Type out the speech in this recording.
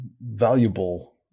valuable